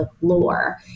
lore